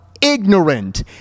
ignorant